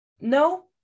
No